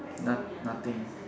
no~ nothing